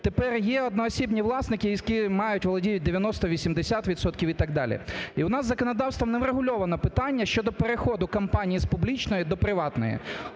тепер є одноосібні власники, які мають, володіють 90, 80 відсотків і так далі. І у нас законодавством не врегульоване питання щодо переходу компаній з публічної до приватної.